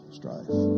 strife